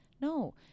no